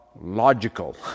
logical